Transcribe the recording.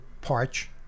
parch